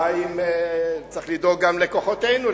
צריך לדאוג גם לכוחותינו,